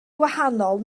gwahanol